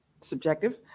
subjective